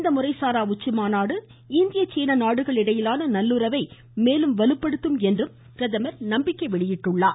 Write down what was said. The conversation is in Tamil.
இந்த முறைசாரா உச்சிமாநாடு இந்திய சீன நாடுகளிடையிலான நல்லுறவை மேலும் வலுப்படுத்தும் என்று பிரதமர் நம்பிக்கைத் தெரிவித்துள்ளார்